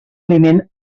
aliment